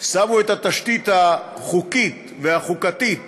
שמו את התשתית החוקית והחוקתית